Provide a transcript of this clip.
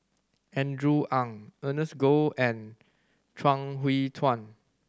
Andrew Ang Ernest Goh and Chuang Hui Tsuan